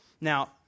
Now